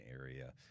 area